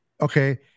Okay